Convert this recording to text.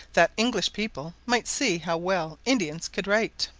that english people might see how well indians could write.